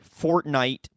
Fortnite